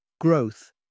Growth